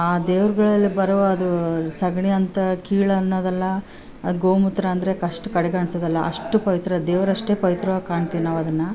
ಆ ದೇವ್ರುಗಳಲ್ಲಿ ಬರೋ ಅದೂ ಸೆಗಣಿ ಅಂತ ಕೀಳನ್ನೋದಿಲ್ಲ ಗೋ ಮೂತ್ರ ಅಂದರೆ ಕಷ್ಟ ಕಡೆಗಣಿಸೋದಲ್ಲ ಅಷ್ಟು ಪವಿತ್ರ ದೇವರಷ್ಟೇ ಪವಿತ್ರವಾಗಿ ಕಾಣ್ತೀವಿ ನಾವು ಅದನ್ನು